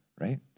right